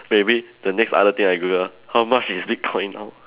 maybe the next other thing I Google how much is bitcoin now